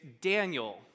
Daniel